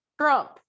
trump